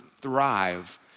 thrive